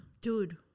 Dude